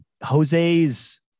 Jose's